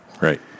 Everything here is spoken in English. Right